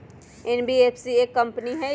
NBFC एक company हई?